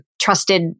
trusted